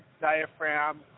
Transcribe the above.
diaphragm